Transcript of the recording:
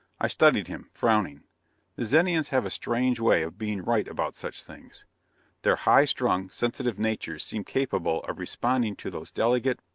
i studied him, frowning. the zenians have a strange way of being right about such things their high-strung, sensitive natures seem capable of responding to those delicate,